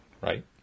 right